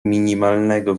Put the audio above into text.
minimalnego